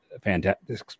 fantastic